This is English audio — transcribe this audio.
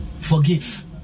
Forgive